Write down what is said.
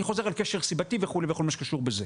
חוזר על קשר סיבתי וכולי וכל מה שקשור בזה.